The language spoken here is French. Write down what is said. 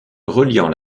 reliant